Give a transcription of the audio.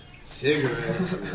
Cigarettes